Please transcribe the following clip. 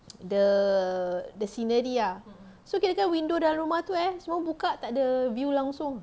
the the scenery ah kirakan window dalam rumah tu semua buka takde view langsung